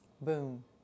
Boom